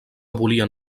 volien